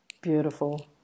Beautiful